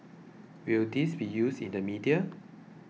will this be used in the media